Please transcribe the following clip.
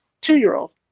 two-year-old